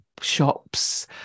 shops